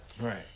Right